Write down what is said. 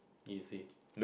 easy